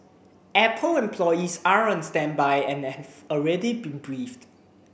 apple employees are on standby and have already been briefed